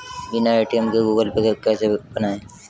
बिना ए.टी.एम के Google Pay कैसे बनायें?